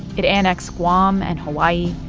it annexed guam and hawaii.